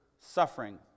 suffering